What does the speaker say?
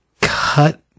cut